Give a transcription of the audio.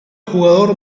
jugador